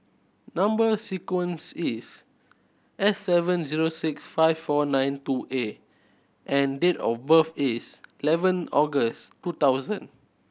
number sequence is S seven zero six five four nine two A and date of birth is eleven August two thousand